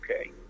okay